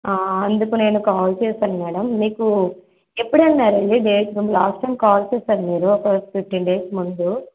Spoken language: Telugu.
అందుకని నేను కాల్ చేసాను మేడం మీకు ఎప్పుడు అన్నారండి డేట్ ముందు లాస్ట్ టైం కాల్ చేసారు మీరు ట్వల్ ఫిఫ్టీన్ డేస్ ముందు